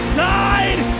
died